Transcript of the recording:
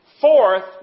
Fourth